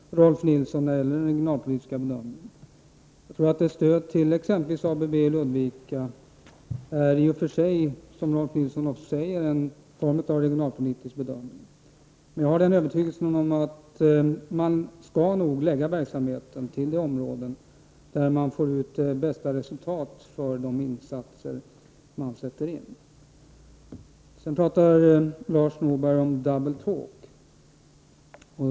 Herr talman! Jag kan bara beklaga att jag fortfarande inte har samma uppfattning som Rolf L Nilson när det gäller den regionalpolitiska bedömningen. Jag tror att ett stöd till exempelvis ABB i Ludvika i och för sig, som Rolf L Nilson också säger, innebär en form av regionalpolitisk bedömning. Men jag har den övertygelsen att man nog skall förlägga verksamhet till de områden där man får de bästa resultaten för gjorda insatser. Lars Norberg talade om double-talk.